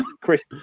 Chris